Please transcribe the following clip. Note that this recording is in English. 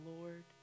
Lord